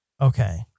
Okay